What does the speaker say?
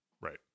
Right